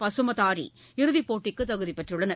பசுமதாரி இறுதிப் போட்டிக்கு தகுதி பெற்றுள்ளனர்